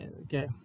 okay